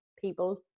people